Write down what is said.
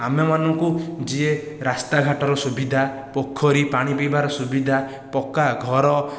ଆମ ମାନଙ୍କୁ ଯିଏ ରାସ୍ତାଘାଟର ସୁବିଧା ପୋଖରୀ ପାଣି ପିଇବାର ସୁବିଧା ପକ୍କା ଘର